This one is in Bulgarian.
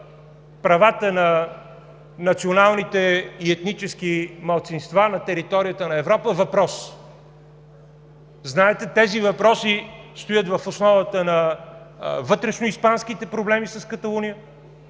правата на националните и етническите малцинства на територията на Европа въпрос! Знаете, тези въпроси стоят в основата на вътрешноиспанските проблеми с Каталуния,